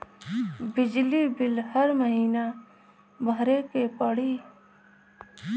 बिजली बिल हर महीना भरे के पड़ी?